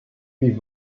wie